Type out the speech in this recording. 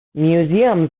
museums